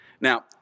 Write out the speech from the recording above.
Now